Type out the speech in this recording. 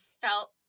felt